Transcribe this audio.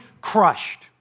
crushed